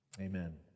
amen